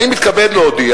הוא מתכבד להודיע